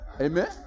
Amen